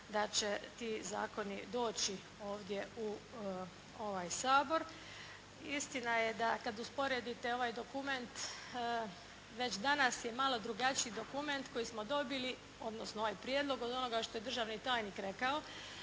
da će ti zakoni doći ovdje u ovaj Sabor. Istina je da kad usporedite ovaj dokument već danas je malo drugačiji dokument koji smo dobili, odnosno ovaj prijedlog od onoga što je državni tajnik rekao.